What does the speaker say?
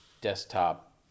desktop